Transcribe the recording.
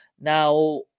Now